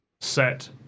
set